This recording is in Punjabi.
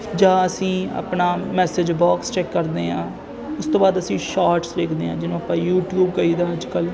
ਜਾਂ ਅਸੀਂ ਆਪਣਾ ਮੈਸੇਜ ਬਾਕਸ ਚੈਕ ਕਰਦੇ ਹਾਂ ਉਸ ਤੋਂ ਬਾਅਦ ਅਸੀਂ ਸ਼ਾਰਟਸ ਦੇਖਦੇ ਹਾਂ ਜਿਹਨੂੰ ਆਪਾਂ ਯੂਟੀਊਬ ਕਹੀਦਾ ਅੱਜ ਕੱਲ੍ਹ